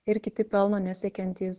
ir kiti pelno nesiekiantys